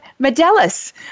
Medellis